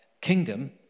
kingdom